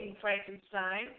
Frankenstein